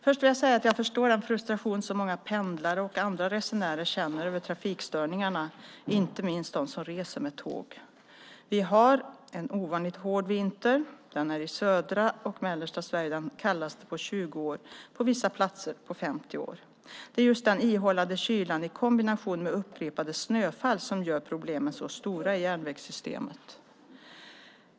Först vill jag säga att jag förstår den frustration som många pendlare och andra resenärer känner över trafikstörningarna, inte minst de som reser med tåg. Vi har en ovanligt hård vinter. Det är den i södra och mellersta Sverige kallaste på 20 år, på vissa platser på 50 år. Det är just den ihållande kylan i kombination med upprepade snöfall som gör problemen så stora i järnvägssystemet.